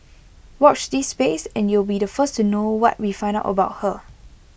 watch this space and you'll be the first to know what we find out about her